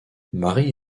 marie